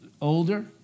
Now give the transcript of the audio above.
older